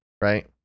right